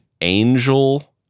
angel